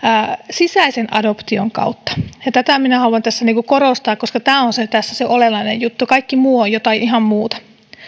sisäisen adoption kautta tätä minä haluan tässä korostaa koska tämä on tässä se olennainen juttu kaikki muu on jotain ihan muuta